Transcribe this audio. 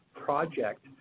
project